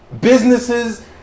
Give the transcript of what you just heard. Businesses